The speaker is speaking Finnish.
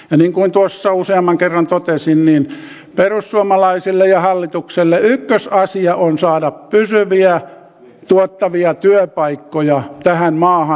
niin kuin useamman kerran totesin perussuomalaisille ja hallitukselle ykkösasia on saada pysyviä tuottavia työpaikkoja tähän maahan